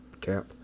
cap